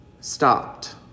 stopped